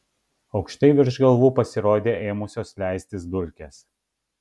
aukštai virš galvų pasirodė ėmusios leistis dulkės